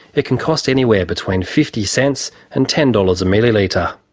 it can cost anywhere between fifty cents and ten dollars a millilitre.